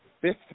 fifth